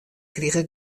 krige